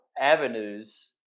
avenues